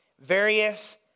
various